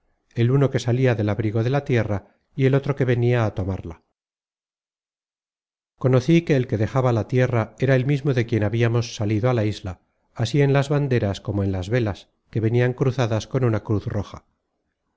el uno que salia del abrigo de la tierra y el otro que venia á tomarla conocí que el que dejaba la tierra era el mismo de quien habiamos salido á la isla así en las banderas como en las velas que venian cruzadas con una cruz roja